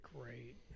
Great